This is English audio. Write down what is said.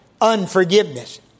unforgiveness